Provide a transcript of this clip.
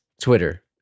Twitter